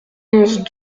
onze